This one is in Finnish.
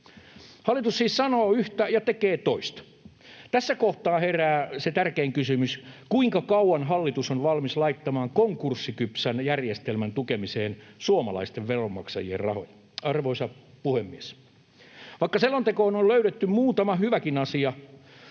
Hallitus siis sanoo yhtä ja tekee toista. Tässä kohtaa herää se tärkein kysymys: kuinka kauan hallitus on valmis laittamaan konkurssikypsän järjestelmän tukemiseen suomalaisten veronmaksajien rahoja? Arvoisa puhemies! Vaikka selontekoon on löydetty muutama hyväkin asia,